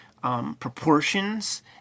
proportions